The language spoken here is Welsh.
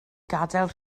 gadael